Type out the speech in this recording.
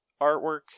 artwork